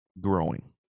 growing